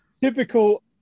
Typical